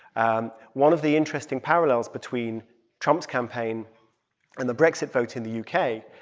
and one of the interesting parallels between trump's campaign and the brexit vote in the u k.